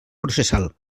processal